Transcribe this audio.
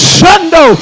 Shundo